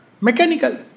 mechanical